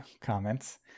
comments